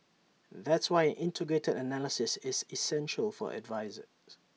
that's why an integrated analysis is essential for advertisers